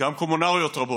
גם קומונריות רבות,